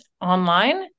online